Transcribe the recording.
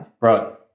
Right